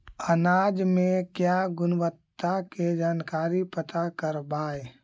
अनाज मे क्या गुणवत्ता के जानकारी पता करबाय?